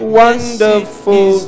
wonderful